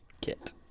kit